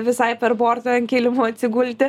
visai per bortą ant kilimo atsigulti